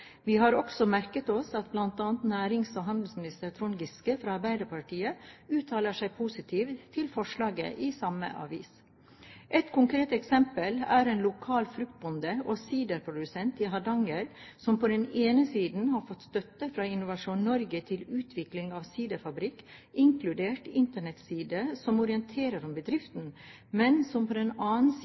Vi har også merket oss at bl.a. nærings- og handelsminister Trond Giske fra Arbeiderpartiet uttaler seg positivt til forslaget i samme avis. Et konkret eksempel er en lokal fruktbonde og siderprodusent i Hardanger som på den ene siden har fått støtte fra Innovasjon Norge til utvikling av siderfabrikk, inkludert internettsider som orienterer om bedriften, men som på den annen side